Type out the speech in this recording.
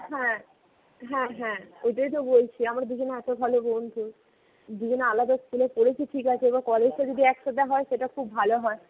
হ্যাঁ হ্যাঁ হ্যাঁ ওটাই তো বলছি আমরা দুজনে এত ভালো বন্ধু দুজনে আলাদা স্কুলে পড়েছি ঠিক আছে এবার কলেজটা যদি একসাথে হয় সেটা খুব ভালো হয়